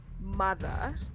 mother